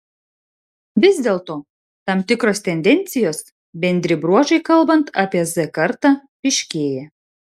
vis dėlto tam tikros tendencijos bendri bruožai kalbant apie z kartą ryškėja